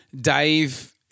Dave